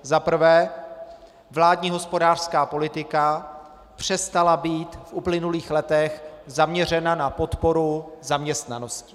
Za prvé vládní hospodářská politika přestala být v uplynulých letech zaměřena na podporu zaměstnanosti.